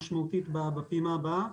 המשמעותית בפעימה הבאה,